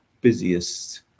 busiest